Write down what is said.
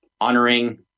honoring